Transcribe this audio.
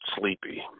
sleepy